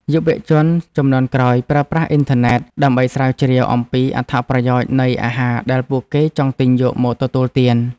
យុវជនជំនាន់ក្រោយប្រើប្រាស់អ៊ីនធឺណិត ដើម្បីស្រាវជ្រាវអំពីអត្ថប្រយោជន៍នៃអាហារដែលពួកគេចង់ទិញយកមកទទួលទាន។